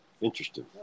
Interesting